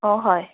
অঁ হয়